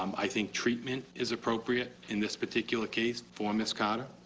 um i think treatment is appropriate in this particular case for ms. carter.